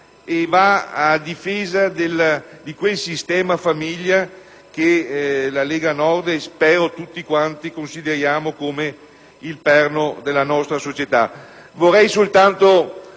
per difendere quel sistema famiglia che la Lega Nord ma spero tutti quanti consideriamo come il perno della nostra società.